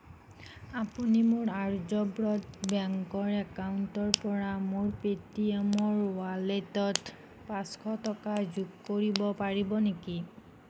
আপুনি মোৰ আৰ্যব্ৰত বেংকৰ একাউণ্টৰ পৰা মোৰ পে'টিএমৰ ৱালেটত পাঁচশ টকা যোগ কৰিব পাৰিব নেকি